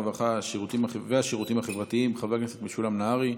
הרווחה והשירותים החברתיים חבר הכנסת משולם נהרי.